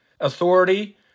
authority